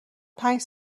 پنج